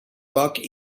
foc